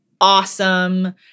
awesome